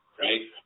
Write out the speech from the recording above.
Right